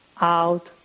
out